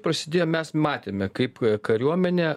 prasidėjo mes matėme kaip kariuomenę